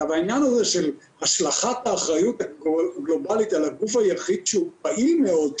העניין הזה של השלכת האחריות על הגוף היחיד שהוא פעיל מאוד,